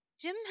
Jim